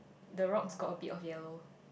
the rocks got a bit of yellow